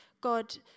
God